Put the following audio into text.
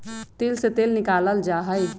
तिल से तेल निकाल्ल जाहई